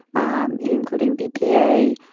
um including bpa,